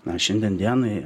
mes šiandien dienai